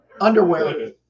Underwear